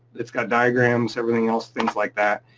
it's got diagrams, everything else, things like that.